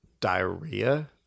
diarrhea